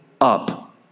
up